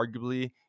arguably